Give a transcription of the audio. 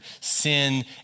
sin